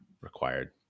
required